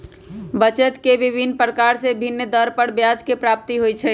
बचत के विभिन्न प्रकार से भिन्न भिन्न दर पर ब्याज के प्राप्ति होइ छइ